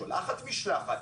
היא שולחת משלחת,